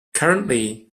currently